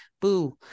boo